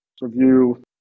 Review